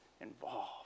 involved